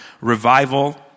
revival